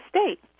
state